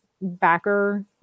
backer